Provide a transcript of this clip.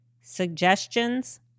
Suggestions